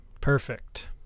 Perfect